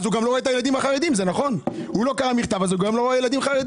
אם הוא לא קורא מכתב אז הוא גם לא רואה את הילדים חרדים.